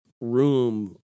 room